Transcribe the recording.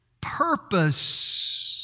purpose